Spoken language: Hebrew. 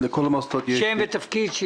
שם ותפקיד.